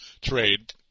trade